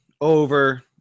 over